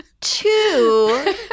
two